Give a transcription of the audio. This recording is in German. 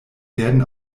werden